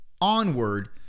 onward